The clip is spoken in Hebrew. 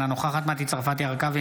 אינה נוכחת מטי צרפתי הרכבי,